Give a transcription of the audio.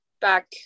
back